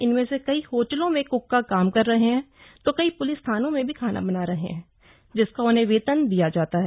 इनमें से कई होटलों में कुक का काम कर रहे हैं तो कई प्लिस थानों में भी खाना बना रहे हैं जिसका उन्हें वेतन दिया जाता है